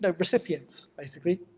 but recipients, basically